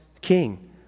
king